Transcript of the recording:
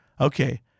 Okay